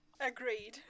Agreed